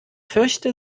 fürchte